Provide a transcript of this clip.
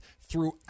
throughout